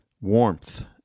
warmth